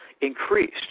increased